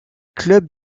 clubs